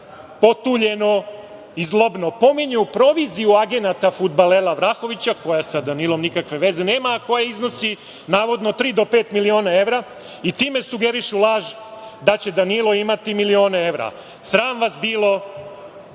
potuljeno i zlobno pominju proviziju agenata fudbalera Vlahovića, koja sa Danilom nikakve veze nema, a koja iznosi navodno tri do pet miliona evra i time sugerišu laž da će Danilo imati milione evra. Sram vas bilo!